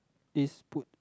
it's put